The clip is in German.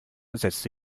setzte